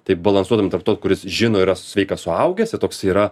taip balansuodami tarp to kuris žino yra sveikas suaugęs toks yra